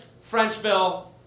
Frenchville